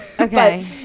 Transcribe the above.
Okay